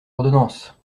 ordonnances